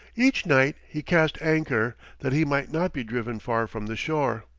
each night he cast anchor, that he might not be driven far from the shore,